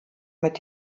mit